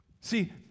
See